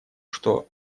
что